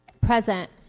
Present